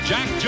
Jack